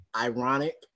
ironic